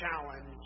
challenge